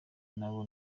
nabo